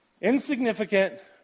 Insignificant